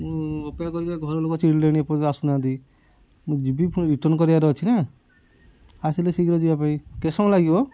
ମୁଁ ଅପେକ୍ଷା କରି କରି ଘର ଲୋକ ଚିଡ଼ିଲେଣି ଏ ପର୍ଯ୍ୟନ୍ତ ଆସୁ ନାହାନ୍ତି ମୁଁ ଯିବି ପୁଣି ରିଟର୍ନ୍ କରିବାର ଅଛି ନା ଆସିଲେ ଶୀଘ୍ର ଯିବା ପାଇଁ କେତେ ସମୟ ଲାଗିବ